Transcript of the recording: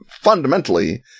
fundamentally